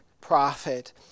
prophet